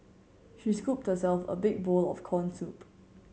she scooped herself a big bowl of corn soup